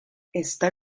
está